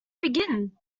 begin